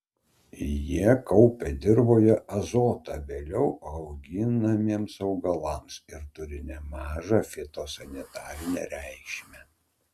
jie kaupia dirvoje azotą vėliau auginamiems augalams ir turi nemažą fitosanitarinę reikšmę